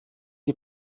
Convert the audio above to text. die